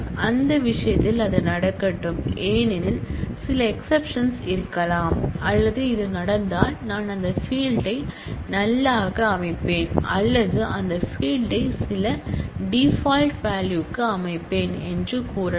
அந்த விஷயத்தில் அது நடக்கட்டும் ஏனெனில் சில எக்செப்ஷன் இருக்கலாம் அல்லது இது நடந்தால் நான் அந்த ஃபீல்டை நல்மாக அமைப்பேன் அல்லது அந்த ஃபீல்டை சில டீபால்ட் வேல்யூ க்கு அமைப்பேன் என்று கூறலாம்